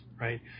Right